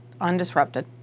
undisrupted